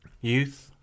Youth